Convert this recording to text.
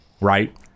Right